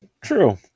True